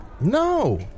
No